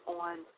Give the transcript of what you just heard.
on